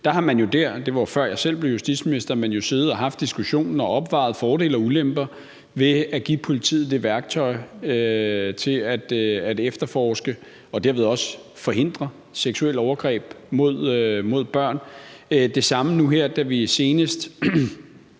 dele af Folketinget – det var, før jeg selv blev justitsminister – siddet og haft diskussionen og opvejet fordele og ulemper ved at give politiet det værktøj til at efterforske og derved også forhindre seksuelle overgreb mod børn. Det samme gælder nu her, da vi senest